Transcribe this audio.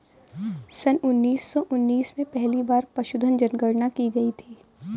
सन उन्नीस सौ उन्नीस में पहली बार पशुधन जनगणना की गई थी